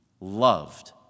loved